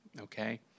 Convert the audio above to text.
Okay